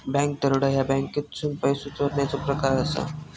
bank दरोडा ह्या बँकेतसून पैसो चोरण्याचो प्रकार असा